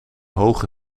hoge